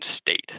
state